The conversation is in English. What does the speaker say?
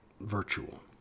Virtual